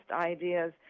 ideas